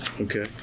Okay